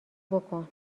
بکن